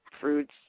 fruits